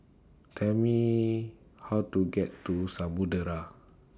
Tell Me How to get to Samudera